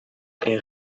est